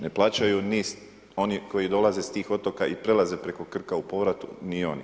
Ne plaćaju ni oni koji dolaze s tih otoka i prelaze preko Krka u povratu, ni oni.